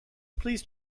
please